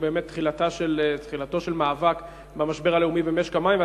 שהוא באמת תחילתו של מאבק במשבר הלאומי במשק המים,